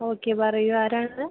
okay പറയൂ ആരാണിത്